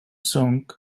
song